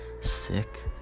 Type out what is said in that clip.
Sick